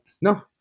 No